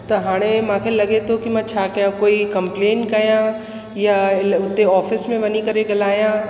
त हाणे मूंखे लॻे थो कि मां छा कयां कोई कम्प्लेन कयां या ऑफिस में वञी करे गल्हायां